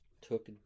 took